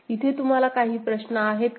इथे तुम्हाला काही प्रश्न आहेत का